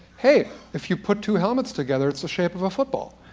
hey, if you put two helmets together it's the shape of a football.